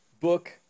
book